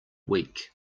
week